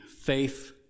faith